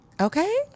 Okay